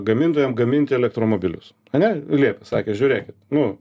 gamintojam gaminti elektromobilius ane liepė sakė žiūrėkit nu